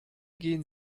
gehen